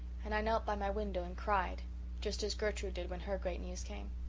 and i knelt by my window and cried just as gertrude did when her great news came.